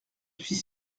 suis